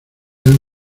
han